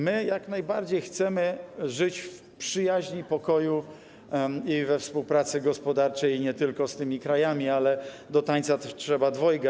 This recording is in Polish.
My jak najbardziej chcemy żyć w przyjaźni, pokoju i we współpracy gospodarczej, i to nie tylko z tymi krajami - ale do tańca trzeba dwojga.